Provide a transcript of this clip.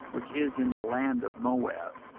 which is in the land of moab,